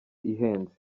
ihenze